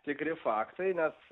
tikri faktai nes